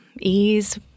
Ease